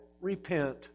repent